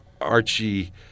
Archie